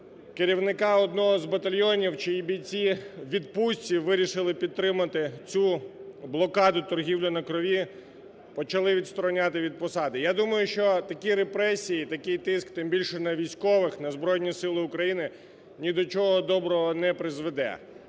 керівника одного з батальйонів чиї бійці у відпустці вирішили підтримати цю блокаду "Торгівля на крові" почали відстороняти від посади. Я думаю, що такі репресії і такий тиск, тим більше, на військових, на Збройні Сили України ні до чого доброго не призведе,